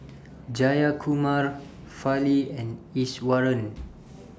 Jayakumar Fali and Iswaran